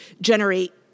generate